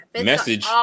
message